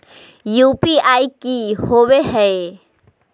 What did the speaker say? UPI की होबो है?